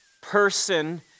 person